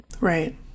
right